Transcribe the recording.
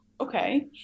okay